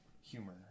humor